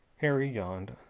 harry yawned.